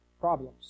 problems